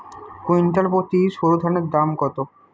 Quintal প্রতি সরুধানের দাম কত?